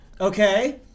okay